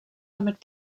damit